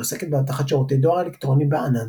העוסקת באבטחת שירותי דואר אלקטרוני בענן,